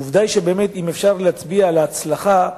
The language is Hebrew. עובדה היא שבאמת אפשר להצביע על ההצלחה,